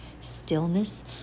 stillness